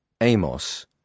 Amos